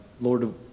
Lord